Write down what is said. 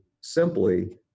simply